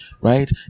Right